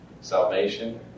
salvation